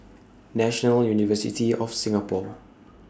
National University of Singapore